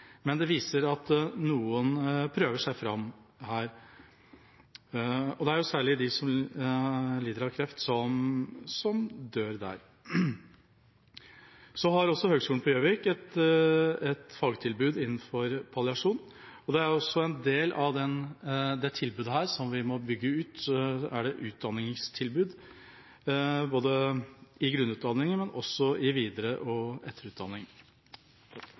men det viser at noen prøver seg fram her – og det er særlig de som lider av kreft, som dør der. Også Høgskolen i Gjøvik har et fagtilbud innenfor palliasjon, og en del av det tilbudet som vi må bygge ut, er utdanningstilbudet, både i grunnutdanningen og i videre- og etterutdanning.